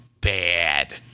bad